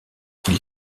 qu’il